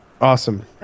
awesome